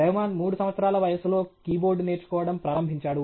రెహమాన్ 3 సంవత్సరాల వయస్సులో కీబోర్డ్ నేర్చుకోవడం ప్రారంభించాడు